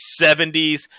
70s